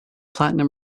platinum